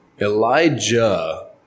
Elijah